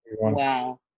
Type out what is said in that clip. Wow